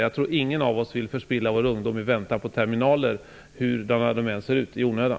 Jag tror inte att någon av oss vill förspilla sin ungdom i väntan vid terminaler, hur de än ser ut, i onödan.